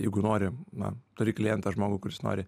jeigu nori na turi klientą žmogų kuris nori